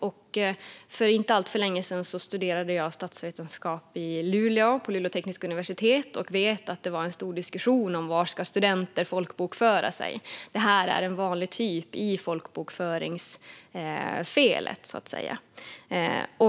När jag för inte alltför länge sedan studerade statsvetenskap i Luleå fördes en stor diskussion om var studenter skulle folkbokföra sig, så det är alltså en vanlig feltyp i folkbokföringen.